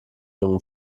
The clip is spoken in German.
jungen